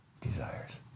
desires